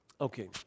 Okay